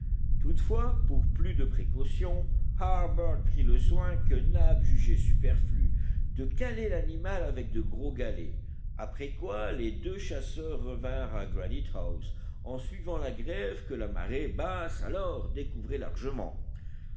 toutefois pour plus de précaution harbert prit le soin que nab jugeait superflu de caler l'animal avec de gros galets après quoi les deux chasseurs revinrent à granite house en suivant la grève que la marée basse alors découvrait largement